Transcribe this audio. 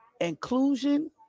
inclusion